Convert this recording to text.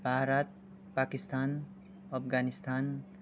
Bharat Pakistan Afghanistan